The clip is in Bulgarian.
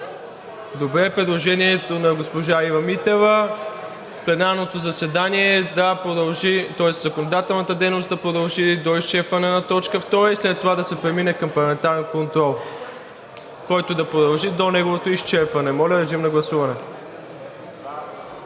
Добре. Предложението на госпожа Ива Митева – пленарното заседание, тоест законодателната дейност да продължи до изчерпване на точка втора и след това да се премине към парламентарен контрол, който да продължи до изчерпването му. Моля, режим на гласуване.